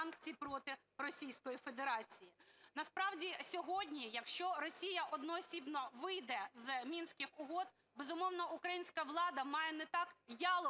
Насправді, сьогодні якщо Росія одноосібно вийде з Мінських угод, безумовно, українська влада має не так в'яло,